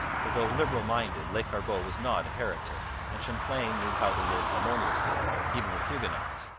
for though liberal-minded, lescarbot was not a heretic, and champlain knew how to live harmoniously even with huguenots.